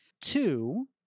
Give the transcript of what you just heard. Two